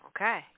Okay